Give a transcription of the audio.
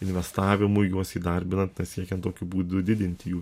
investavimui juos įdarbinant siekiant tokiu būdu didinti jų